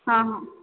हाँ हाँ